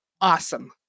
Awesome